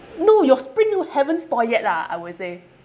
no your spring haven't spoil yet lah I would say